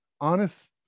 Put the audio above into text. honest